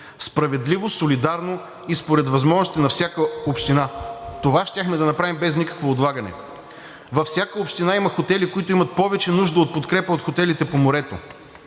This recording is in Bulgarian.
справедливо, солидарно и според възможностите на всяка община. Това щяхме да направим без никакво отлагане. Във всяка община има хотели, които имат повече нужда от подкрепа от хотелите по морето.